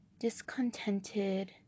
discontented